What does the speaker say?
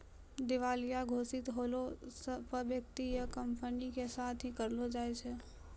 दिबालिया घोषित होला पे व्यक्ति या कंपनी के साथ कि करलो जाय छै?